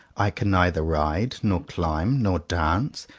i can neither ride, nor climb, nor dance,